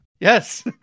Yes